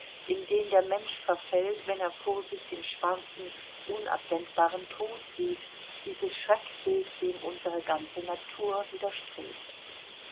in den der mensch verfällt wenn er vor sich den schwarzen unabwendbaren tod sieht dieses schreckbild dem unsere ganze natur widerstrebt